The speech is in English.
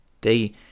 they